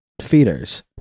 feeders